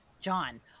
John